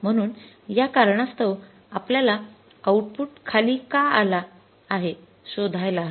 म्हणून या कारणास्तव आपल्याला आउटपुट खाली का आला आहे शोधायला हवे